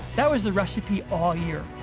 that was the recipe all year,